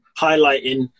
highlighting